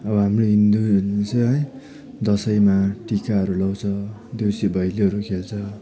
अब हाम्रो हिन्दूहरू चाहिँ है दसैँमा टिकाहरू लाउँछ देउसी भैलोहरू खेल्छ